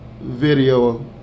video